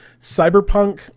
cyberpunk